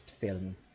film